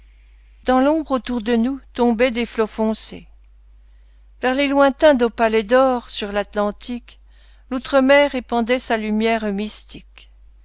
dans l'ombre autour de nous tombaient des flots foncés vers les lointains d'opale et d'or sur l'atlantique loutre mer épandait sa lumière mystique